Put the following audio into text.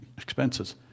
expenses